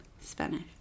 Spanish